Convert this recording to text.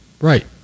Right